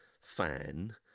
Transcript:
fan